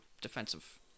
defensive